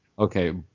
Okay